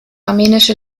armenische